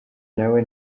nawe